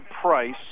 price